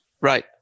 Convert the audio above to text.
Right